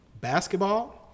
basketball